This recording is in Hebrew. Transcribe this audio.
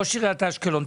ראש עיריית אשקלון,